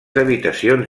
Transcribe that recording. habitacions